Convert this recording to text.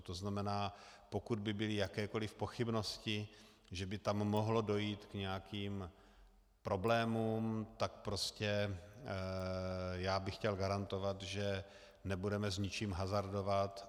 To znamená, pokud by byly jakékoliv pochybnosti, že by tam mohlo dojít k nějakým problémům, tak bych chtěl garantovat, že nebudeme s ničím hazardovat.